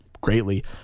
greatly